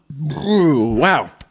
Wow